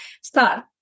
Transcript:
start